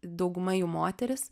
dauguma jų moterys